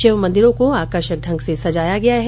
शिव मंदिरों को आकर्षक ढंग से सजाया गया है